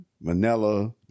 manila